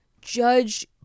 judge